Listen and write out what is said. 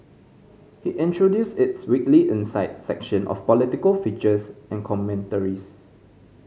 he introduced its weekly Insight section of political features and commentaries